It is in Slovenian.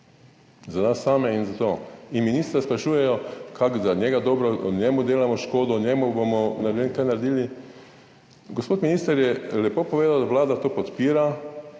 za nas same in za to. Ministra sprašujejo, kako je za njega dobro, da njemu delamo škodo, njemu bomo ne vem kaj naredili. Gospod minister je lepo povedal, da Vlada to podpira,